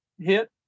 hit